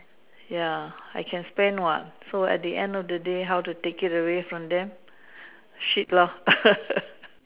ya I can spend what so at the end of the day how to take it away from them shit lor